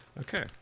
Okay